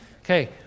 Okay